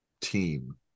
team